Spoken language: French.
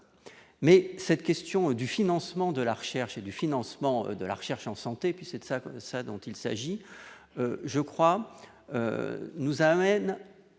mais cette question du financement de la recherche et du financement de la recherche en santé puisse être ça comme ça dont il s'agit je crois nous amène